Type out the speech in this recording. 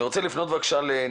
אני רוצה להמשיך לנתי.